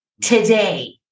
today